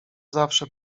zawsze